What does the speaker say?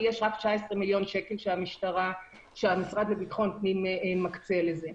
כי יש רק 19 מיליון שקל שהמשרד לביטחון הפנים מקצה לזה.